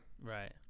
Right